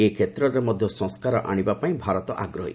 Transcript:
ଏ କ୍ଷେତ୍ରରେ ମଧ୍ୟ ସଂସ୍କାର ଆଣିବାପାଇଁ ଭାରତ ଆଗ୍ରହୀ